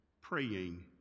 praying